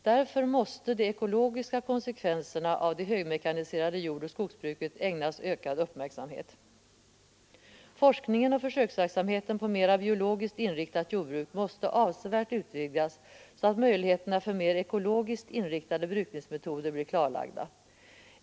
Därför måste de ekologiska konsekvenserna av det högmekaniserade jordoch skogsbruket ägnas ökad uppmärksamhet. Forskningen och försöksverksamheten på mera biologiskt inriktat jordbruk måste avsevärt utvidgas så att möjligheterna för mer ekologiskt inriktade brukningsmetoder blir klarlagda.